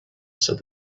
said